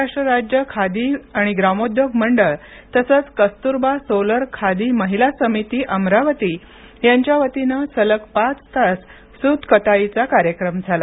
महाराष्ट्र राज्य खादी व ग्रामोद्योग मंडळ आणि कस्तुरबा सोलर खादी महिला समिती अमरावती यांच्या वतीनं सलग पाच तास सूतकताईचा कार्यक्रम झाला